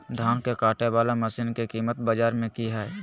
धान के कटे बाला मसीन के कीमत बाजार में की हाय?